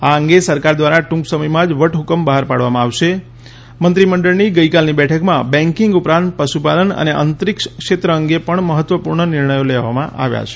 આ અંગે સરકાર દ્વારા ટ્રંક સમયમાં જ વટ હુકમ બહાર પાડવામાં આવશે મંત્રી મંડળની ગઈકાલની બેઠકમાં બેન્કિંગ ઉપરાંત પશુપાલન અને અંતરિક્ષ ક્ષેત્ર અંગે પણ મહત્વ પૂર્ણ નિર્ણયો લેવામાં આવ્યા છે